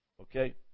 okay